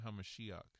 HaMashiach